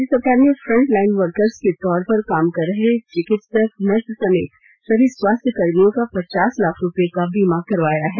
राज्य सरकार ने फ्रंट लाइन वर्कर्स के तौर पर काम कर रहे चिकित्सक नर्स समेत सभी स्वास्थ्य कर्मियों का पचास लाख रुपये का बीमा करवाया है